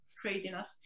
craziness